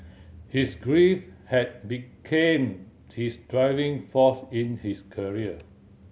his grief had became his driving force in his career